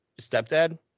stepdad